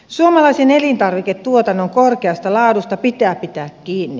suomalaisen elintarviketuotannon korkeasta laadusta pitää pitää kiinni